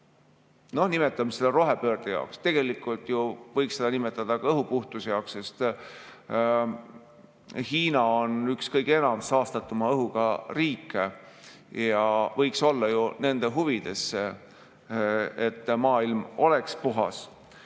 no nimetame seda rohepöördeks, kuigi tegelikult võiks seda nimetada ju ka õhupuhtuse eesmärgiks, sest Hiina on üks kõige enam saastatuma õhuga riike ja võiks olla ju nende huvides see, et maailm oleks puhas.